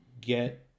get